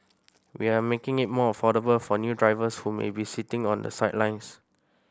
we are making it more affordable for new drivers who may be sitting on the sidelines